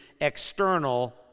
external